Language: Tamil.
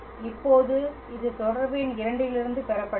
இப்போது இது தொடர்பு எண் 2 இலிருந்து பெறப்பட்டது